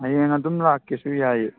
ꯍꯌꯦꯡ ꯑꯗꯨꯝ ꯂꯥꯛꯀꯦꯁꯨ ꯌꯥꯏꯌꯦ